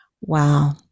Wow